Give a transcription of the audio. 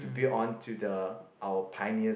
to build on to the our pioneers